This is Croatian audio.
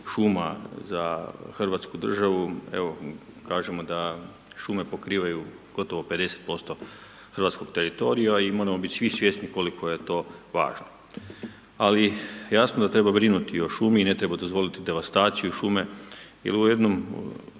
šuma za hrvatsku državu, evo kažemo da šume pokrivaju gotovo 50% hrvatskog teritorija i moramo bit svi svjesni koliko je to važno. Ali, jasno da treba brinuti o šumi i ne treba dozvoliti devastaciju šume jel u ovoj